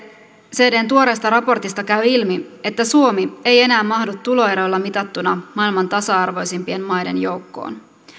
oecdn tuoreesta raportista käy ilmi että suomi ei enää mahdu tuloeroilla mitattuna maailman tasa arvoisimpien maiden joukkoon